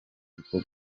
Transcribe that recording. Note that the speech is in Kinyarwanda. kuko